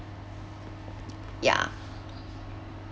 ya